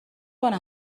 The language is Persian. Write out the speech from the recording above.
کنه